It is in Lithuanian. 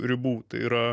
ribų tai yra